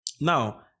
now